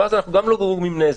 ואז אנחנו גם לא גורמים נזק.